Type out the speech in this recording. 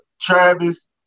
Travis